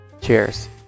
Cheers